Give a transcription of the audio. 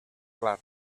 clar